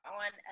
on